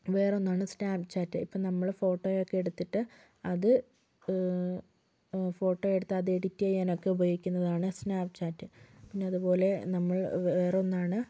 വേറെ ഒന്ന് ഉണ്ട് സ്നാപ്പ് ചാറ്റ് ഇപ്പോൾ നമ്മള് ഫോട്ടോയൊക്കെ എടുത്തിട്ട് അത് ഫോട്ടോ എടുത്ത് അത് എഡിറ്റ് ചെയ്യാൻ ഒക്കെ ഉപയോഗിക്കുന്നതാണ് സ്നാപ്പ് ചാറ്റ് പിന്നെ അതുപോലെ നമ്മൾ വേറെ ഒന്നാണ്